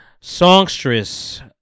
songstress